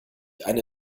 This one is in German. eine